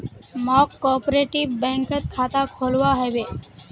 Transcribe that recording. मौक कॉपरेटिव बैंकत खाता खोलवा हबे